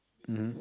mmhmm